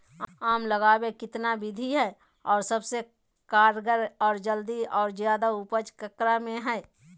आम लगावे कितना विधि है, और सबसे कारगर और जल्दी और ज्यादा उपज ककरा में है?